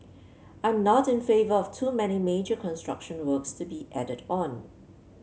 I'm not in favour of too many major construction works to be added on